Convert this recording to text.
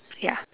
ya